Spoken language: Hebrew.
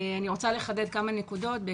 אני רוצה לחדד כמה נקודות,